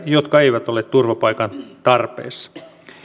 jotka eivät ole turvapaikan tarpeessa